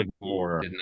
more